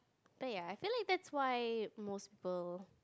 but ya I feel like that's why most people